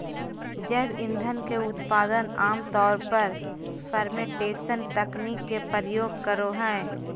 जैव ईंधन के उत्पादन आम तौर पर फ़र्मेंटेशन तकनीक के प्रयोग करो हइ